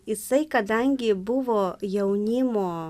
jisai kadangi buvo jaunimo